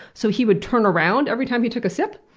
so he would turn around every time he took a sip.